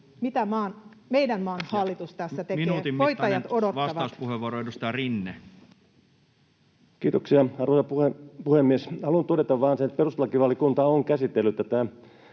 Ja nyt on aika täynnä. — Ja minuutin mittainen vastauspuheenvuoro, edustaja Rinne. Kiitoksia, arvoisa puhemies! Haluan todeta vain sen, että perustuslakivaliokunta on käsitellyt tätä